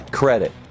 credit